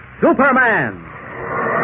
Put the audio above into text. Superman